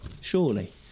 surely